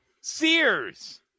Sears